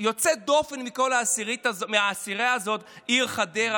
יוצאת דופן מהעשירייה הזאת היא חדרה,